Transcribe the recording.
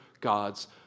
God's